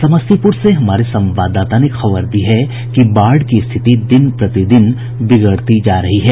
समस्तीपुर से हमारे संवाददाता ने खबर दी है कि बाढ़ की स्थिति दिन प्रतिदिन बिगड़ती जा रही है